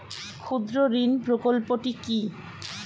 ক্ষুদ্রঋণ প্রকল্পটি কি?